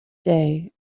day